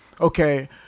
okay